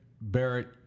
Barrett